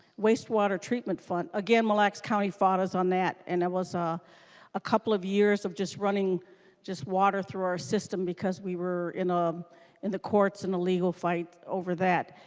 wastewater treatment fund again mille lacs county thought us on that and it was ah a couple of years of just running water through our system because we were in um in the courts and legal fight over that.